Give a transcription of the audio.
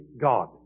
God